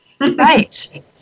Right